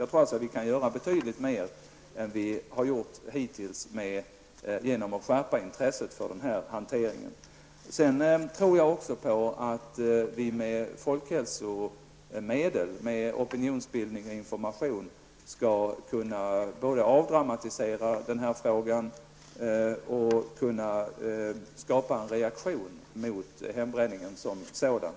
Vi kan alltså göra betydligt mer än hittills genom att skärpa bevakningen av denna hantering. Med hjälp av folkhälsomedel, opinionsbildning och information kan vi nog också avdramatisera denna fråga samtidigt som vi skapar en reaktion mot hembränningen som sådan.